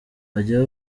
bajya